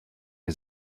wir